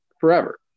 forever